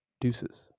deuces